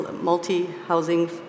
multi-housing